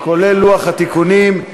כולל לוח התיקונים,